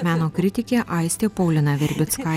meno kritikė aistė paulina virbickai